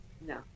No